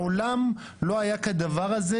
מעולם לא היה כדבר הזה,